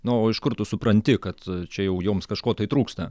na o iš kur tu supranti kad čia jau joms kažko tai trūksta